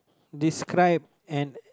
describe an